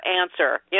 answer